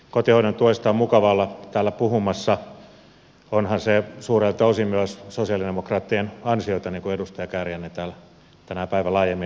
kotihoidon tuesta on mukava olla täällä puhumassa onhan se suurelta osin myös sosialidemokraattien ansiota niin kuin edustaja kääriäinen täällä tänään päivällä aiemmin sanoi